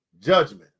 judgment